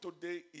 today